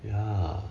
ya